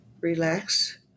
relax